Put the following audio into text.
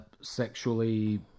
sexually